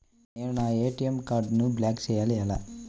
నేను నా ఏ.టీ.ఎం కార్డ్ను బ్లాక్ చేయాలి ఎలా?